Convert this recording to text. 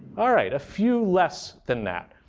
all right. a few less than that.